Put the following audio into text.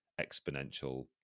exponential